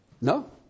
No